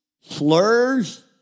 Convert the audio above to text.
slurs